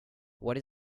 what